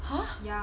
!huh!